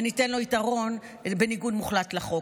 וניתן לו יתרון בניגוד מוחלט לחוק.